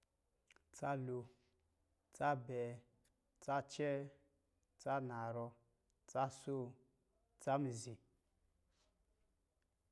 Tsalo, tsa ‘bee, tsa ‘cɛɛ, tsa ‘naarɔ, tsa sóó, tsa mizi